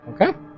okay